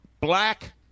black